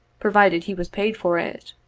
provided he was paid for it.